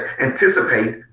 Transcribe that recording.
anticipate